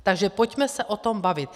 Takže pojďme se o tom bavit.